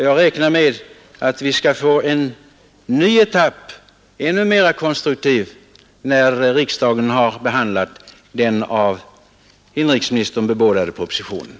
Jag räknar med att vi skall få en ny etapp, ännu mera konstruktiv, när riksdagen har behandlat den av inrikesministern bebådade propositionen.